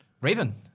Raven